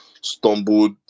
stumbled